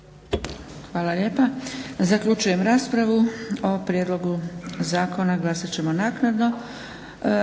Hvala lijepa. Zaključujem raspravu. O prijedlogu zakona glasat ćemo naknado.